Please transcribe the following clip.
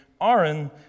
Aaron